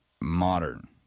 modern